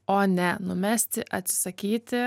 o ne numesti atsisakyti